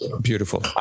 beautiful